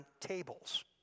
tables